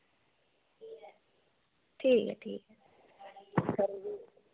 ठीक ऐ ठीक ऐ खरी भी